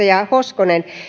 edustaja hoskonen